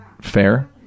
fair